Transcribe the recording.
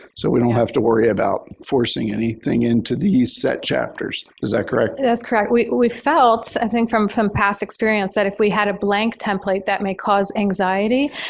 so we don't have to worry about forcing anything into these set chapters. is that correct? that's correct. we we felt i think from from past experience that if we had a blank template that may cause anxiety,